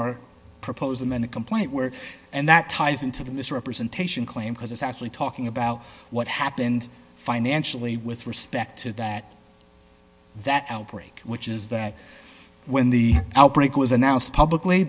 our proposal and the complaint were and that ties into the misrepresentation claim because it's actually talking about what happened financially with respect to that that outbreak which is that when the outbreak was announced publicly